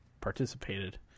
participated